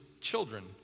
children